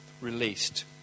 released